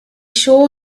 sure